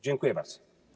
Dziękuję bardzo.